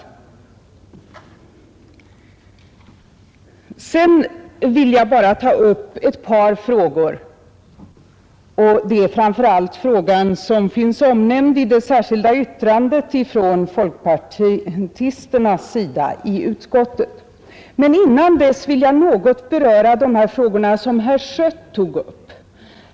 Jag har tänkt ta upp den sak som finns omnämnd i det särskilda yttrandet från folkpartisterna i skatteutskottet, men dessförinnan vill jag något beröra det som herr Schött talade om.